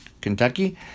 Kentucky